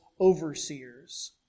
overseers